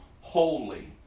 holy